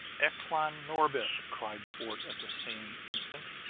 eklan norbith! cried fort at the same instant.